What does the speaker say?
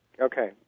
Okay